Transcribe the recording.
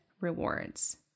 rewards